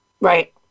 Right